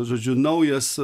žodžiu naujas